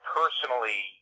personally